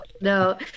no